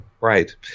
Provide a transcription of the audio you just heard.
Right